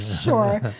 Sure